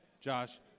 Josh